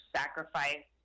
sacrifice